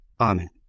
Amen